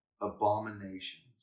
abominations